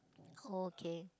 oh okay